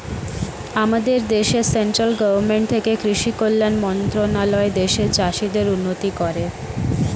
আমাদের দেশে central government থেকে কৃষি কল্যাণ মন্ত্রণালয় দেশের চাষীদের উন্নতি করে